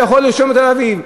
הוא יכול להירשם בתל-אביב.